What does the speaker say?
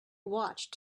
watched